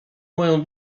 moją